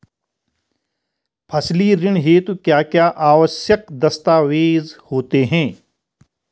फसली ऋण हेतु क्या क्या आवश्यक दस्तावेज़ होते हैं?